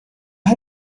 had